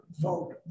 vote